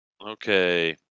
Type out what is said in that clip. Okay